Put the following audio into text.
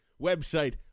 website